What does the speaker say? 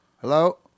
Hello